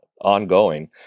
ongoing